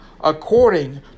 according